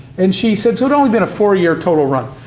and she said so only been a four year total run,